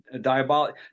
diabolic